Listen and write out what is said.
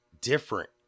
different